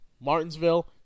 Martinsville